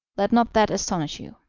let not that astonish you,